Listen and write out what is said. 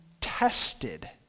tested